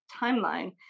timeline